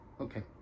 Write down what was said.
Okay